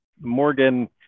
Morgan